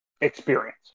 experience